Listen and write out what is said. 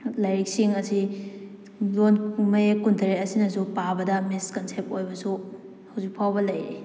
ꯂꯥꯏꯔꯤꯛꯁꯤꯡ ꯑꯁꯤ ꯂꯣꯟ ꯃꯌꯦꯛ ꯀꯨꯟ ꯇꯔꯦꯠ ꯑꯁꯤꯅꯁꯨ ꯄꯥꯕꯗ ꯃꯤꯁꯀꯟꯁꯦꯞ ꯑꯣꯏꯕꯁꯨ ꯍꯧꯖꯤꯛ ꯐꯥꯎꯕ ꯂꯩꯔꯤ